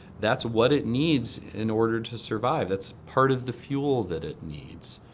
that's what it needs in order to survive. that's part of the fuel that it needs.